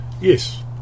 Yes